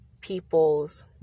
people's